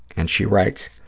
and she writes,